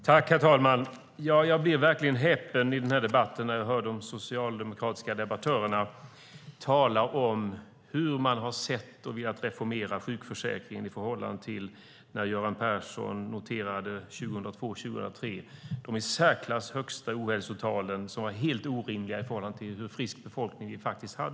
Herr talman! Jag blir verkligen häpen när jag hör de socialdemokratiska debattörerna i den här debatten tala om hur de har velat reformera sjukförsäkringen. Göran Persson noterade 2002/03 de i särklass högsta ohälsotalen, helt orimliga i förhållande till hur frisk befolkningen faktiskt var.